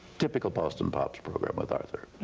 typical boston pops program with arthur.